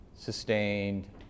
Sustained